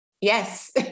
Yes